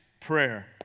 prayer